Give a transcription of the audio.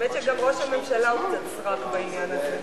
שגם ראש הממשלה הוא קצת סרק בעניין הזה.